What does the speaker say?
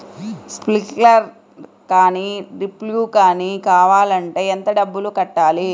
Sprinkler కానీ డ్రిప్లు కాని కావాలి అంటే ఎంత డబ్బులు కట్టాలి?